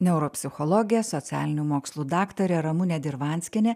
neuropsichologė socialinių mokslų daktarė ramunė dirvanskienė